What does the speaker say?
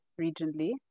regionally